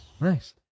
Nice